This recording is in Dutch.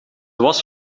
was